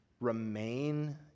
remain